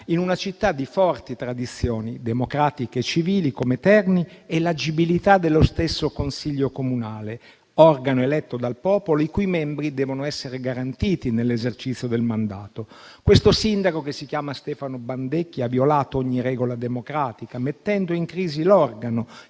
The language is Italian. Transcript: in una città di forti tradizioni democratiche e civili, come Terni, e l'agibilità dello stesso consiglio comunale, organo eletto dal popolo, i cui membri devono essere garantiti nell'esercizio del mandato. Questo sindaco, che si chiama Stefano Bandecchi, ha violato ogni regola democratica, mettendo in crisi l'organo,